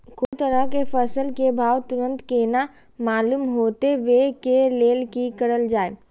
कोनो तरह के फसल के भाव तुरंत केना मालूम होते, वे के लेल की करल जाय?